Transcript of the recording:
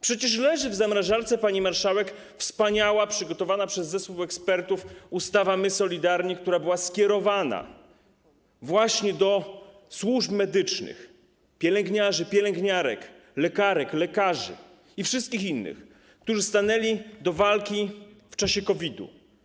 Przecież w zamrażarce pani marszałek leży wspaniała, przygotowana przez zespół ekspertów ustawa „My, solidarni”, która była skierowana właśnie do służb medycznych, pielęgniarzy, pielęgniarek, lekarek, lekarzy i wszystkich innych, którzy stanęli do walki w czasie COVID-u.